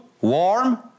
warm